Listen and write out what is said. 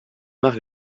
marc